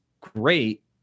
great